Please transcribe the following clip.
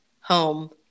home